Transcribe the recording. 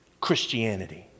Christianity